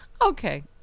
okay